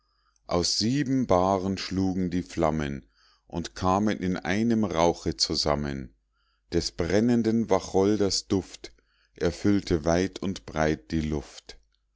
aus sieben bahren schlugen die flammen und kamen in einem rauche zusammen des brennenden wacholders duft erfüllte weit und breit die luft